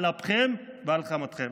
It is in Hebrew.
על אפכם ועל חמתכם.